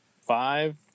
five